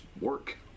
work